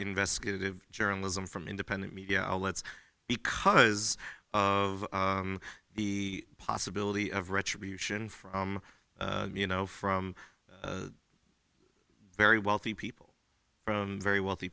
investigative journalism from independent media outlets because of the possibility of retribution from you know from very wealthy people very wealthy